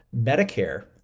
Medicare